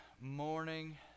morning